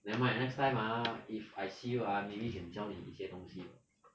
nevermind next time ah if I see you ah maybe can 教你一些东西